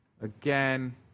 again